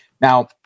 Now